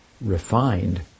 refined